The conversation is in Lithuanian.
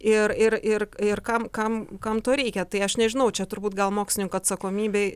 ir ir ir ir kam kam kam to reikia tai aš nežinau čia turbūt gal mokslininkų atsakomybėj